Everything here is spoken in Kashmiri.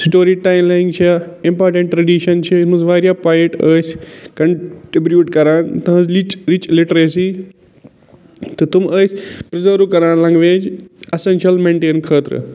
سِٹوری ٹیلنٛگ چھِ اِمپاٹَنٹ ٹریڈِشَن چھِ یَتھ منٛز واریاہ پویِٹ ٲسۍ کَنٛٹِبروٗٹ کران تٔہٕنٛز لِچ رِچ لِٹریسی تہٕ تِم ٲسۍ پٔرزٲرٕو کران لَنٛگویج اٮ۪سَنشَل میٚنٹین خٲطرٕ